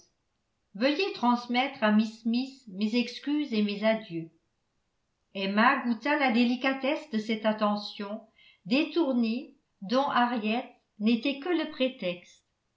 veuillez transmettre à miss smith mes excuses et mes adieux emma goûta la délicatesse de cette attention détournée dont harriet n'était que le prétexte